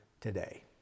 today